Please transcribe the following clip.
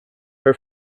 her